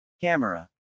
camera